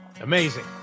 Amazing